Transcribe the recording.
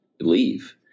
leave